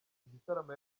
igitaramo